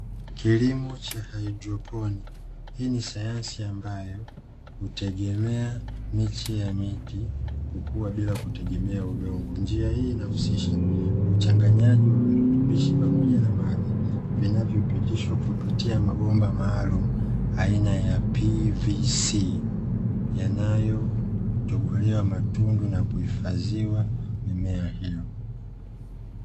Kilimo cha haidroponi. Hii ni sayansi ambayo hutegemea miche ya miti kukua bila kutumia udongo. Njia hii inahusisha uchanganyaji wa virutubishi pamoja na maji, vinavyopitishwa kupitia mabomba maalumu aina ya "PVC", yanayotobolewa matundu na kuhifadhia mimea hiyo.